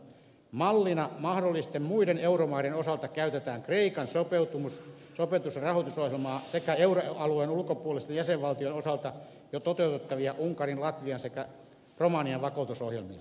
mallina mahdollisten muiden euromaiden osalta käytetään kreikan sopeutus ja rahoitusohjelmaa sekä euroalueen ulkopuolisten jäsenvaltioiden osalta jo toteutettavia unkarin latvian sekä romanian vakautusohjelmia